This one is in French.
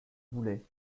boulay